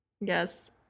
Yes